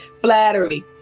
flattery